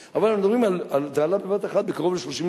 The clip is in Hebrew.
וגם חבר'ה של בדואים מתגייסים,